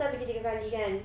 pasal I pergi tiga kali kan